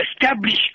establish